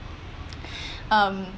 um